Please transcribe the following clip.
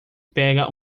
pega